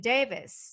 Davis